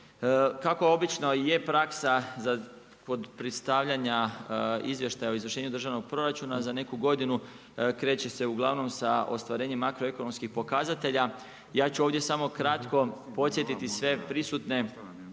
Kako obično, je praksa, za predstavljanja Izvještaja o izvršenje državnog proračuna za neku godinu, kreće se uglavnom sa ostvarenjem makroekonomskih pokazatelja. Ja ću ovdje samo kratko podsjetiti sve prisutne,